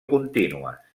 contínues